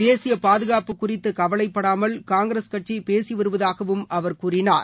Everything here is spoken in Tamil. தேசிய பாதுகாப்பு குறித்து கவலைப்படாமல் காங்கிரஸ் கட்சி பேசி வருவதாகவும் அவர் கூறினார்